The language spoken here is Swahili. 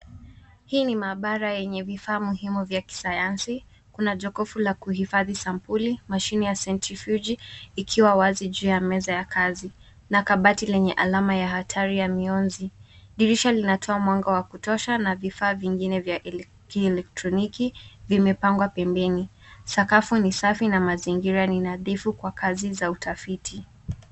Hii ni maabara yenye vifaa muhimu vya kisayansi. Kuna jokofu la kuhifadhi sampuli , mashine ya senti friji ikiwa wazi juu ya meza ya kazi na kabati lenye alama ya hatari ya mionzi. Dirisha linatoa mwanga wa kutosha na vifaa vingine vya kielektroniki vimepangwa pembeni. Sakafu ni safi na mazingira ni nadhifu kwa kazi za utafiti.